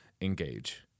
engage